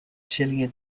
chilean